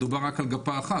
מדובר רק על גפה אחת.